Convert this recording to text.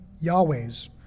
Yahweh's